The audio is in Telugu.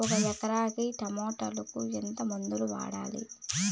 ఒక ఎకరాకి టమోటా కు ఎంత మందులు వాడాలి?